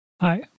Hi